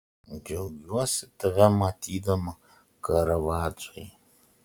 džiaugiuosi tave matydama karavadžai